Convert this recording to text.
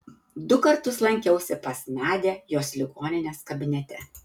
du kartus lankiausi pas nadią jos ligoninės kabinete